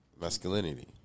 Masculinity